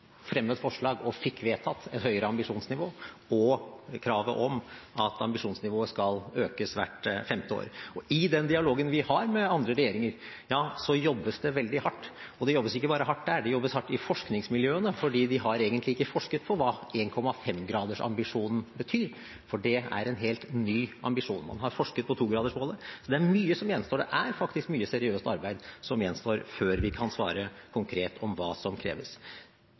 fremmet forslag og fikk vedtatt et høyere ambisjonsnivå og kravet om at ambisjonsnivået skal økes hvert femte år. I den dialogen vi har med andre regjeringer, jobbes det veldig hardt, og det jobbes ikke hardt bare der, men det jobbes hardt i forskningsmiljøene fordi de har egentlig ikke forsket på hva 1,5-gradersambisjonen betyr, for det er en helt ny ambisjon – man har forsket på 2-gradersmålet. Så det er mye som gjenstår – det er faktisk mye seriøst arbeid som gjenstår før vi kan svare konkret på hva som kreves.